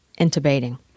intubating